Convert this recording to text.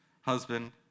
husband